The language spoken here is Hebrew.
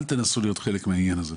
אל תנסו להיות חלק מהעניין הזה,